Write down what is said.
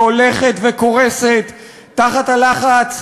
שהולכת וקורסת תחת הלחץ,